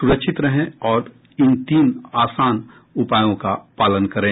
सुरक्षित रहें और इन तीन आसान उपायों का पालन करें